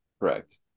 correct